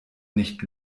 nicht